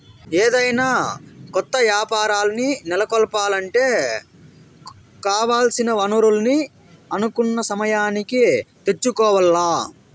ఏదైనా కొత్త యాపారాల్ని నెలకొలపాలంటే కావాల్సిన వనరుల్ని అనుకున్న సమయానికి తెచ్చుకోవాల్ల